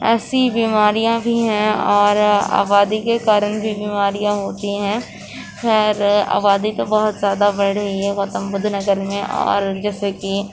ایسی بیماریاں بھی ہیں اور آبادی کے کارن بھی بیماریاں ہوتی ہیں اور آبادی کا بہت زیادہ بڑھ رہی ہے گوتم بدھ نگر میں اور جیسے کہ